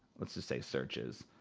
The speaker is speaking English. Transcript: let's just say searches,